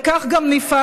וכך גם נפעל.